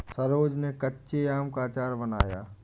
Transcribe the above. सरोज ने कच्चे आम का अचार बनाया